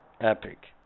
epic